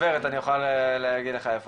בוקר טוב, עוד מעט צוהריים